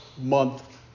month